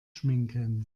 schminken